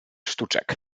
sztuczek